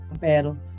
pero